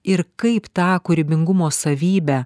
ir kaip tą kūrybingumo savybę